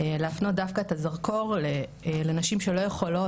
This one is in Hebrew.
להפנות דווקא את הזרקור לנשים שהן לא יכולות